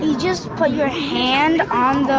and just put your hand on and